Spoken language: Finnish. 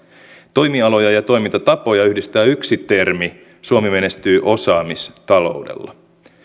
toimialoja ja toimintatapoja yhdistää yksi termi suomi menestyy osaamistaloudella